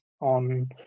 on